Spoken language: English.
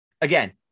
again